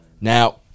Now